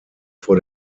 vor